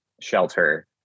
shelter